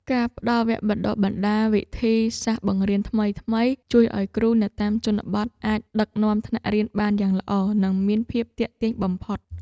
ការផ្តល់វគ្គបណ្តុះបណ្តាលវិធីសាស្ត្របង្រៀនថ្មីៗ ជួយឱ្យគ្រូនៅតាមជនបទអាចដឹកនាំថ្នាក់រៀនបានយ៉ាងល្អនិងមានភាពទាក់ទាញបំផុត។